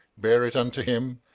bear it unto him,